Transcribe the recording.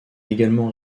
également